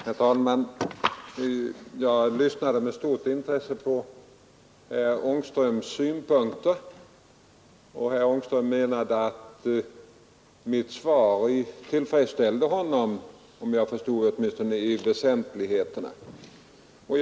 Herr talman! Jag lyssnade med stort intresse på herr Ångströms synpunkter. Herr Ångström menade att mitt svar tillfredsställde honom åtminstone i väsentligheterna, om jag förstod honom rätt.